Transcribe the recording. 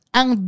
ang